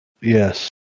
Yes